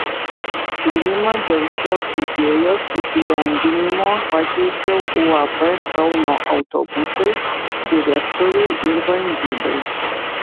pasiūlymą dėl šios idėjos įgyvendinimo pateikiau uab kauno autobusai direktoriui ir valdybai